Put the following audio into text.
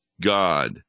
God